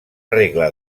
regla